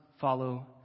follow